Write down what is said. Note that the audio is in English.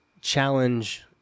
challenge